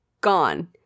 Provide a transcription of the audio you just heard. gone